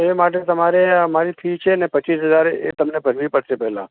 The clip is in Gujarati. એ માટે તમારે અમારી ફી છે ને પચીસ હજાર એ તમને ભરવી પડશે પહેલાં